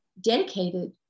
dedicated